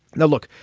now, look,